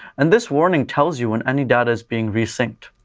and this warning tells you when any data is being re-synced,